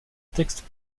textes